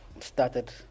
Started